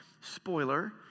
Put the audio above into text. Spoiler